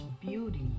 beauty